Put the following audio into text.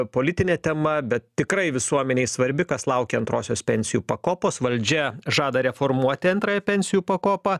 politinė tema bet tikrai visuomenei svarbi kas laukia antrosios pensijų pakopos valdžia žada reformuoti antrąją pensijų pakopą